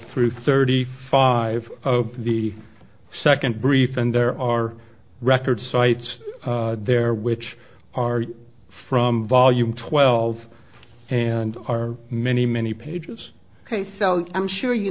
through thirty five of the second brief and there are record sites there which are from volume twelve and are many many pages ok so i'm sure you